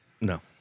No